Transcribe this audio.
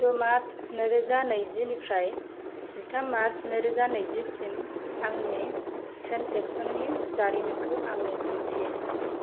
द' मार्च नैरोजा नैजिनिफ्राय जिथाम मार्च नैरोजा नैजिसिम आंनि ट्रेन्जेकसननि जारिमिनखौ आंनो दिन्थि